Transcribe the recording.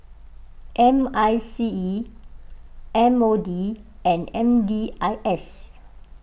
M I C E M O D and M D I S